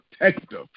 protective